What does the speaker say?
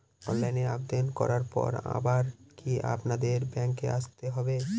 অনলাইনে আবেদন করার পরে আবার কি আপনাদের ব্যাঙ্কে আসতে হবে?